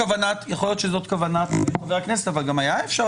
יכול להיות שזאת כוונת חברי הכנסת אבל גם היה אפשר